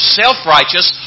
self-righteous